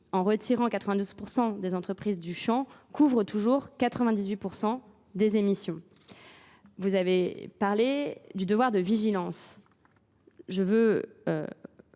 en retirant 92% des entreprises du champ, couvre toujours 98% des émissions. Vous avez parlé du devoir de vigilance. Je veux